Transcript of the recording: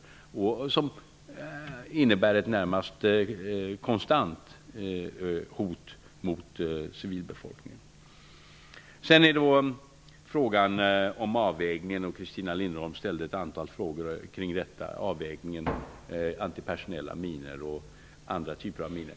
Sådana minor innebär ett närmast konstant hot mot civilbefolkningen. Christina Linderholm ställde ett antal frågor om avvägningen mellan antipersonella och andra typer av minor.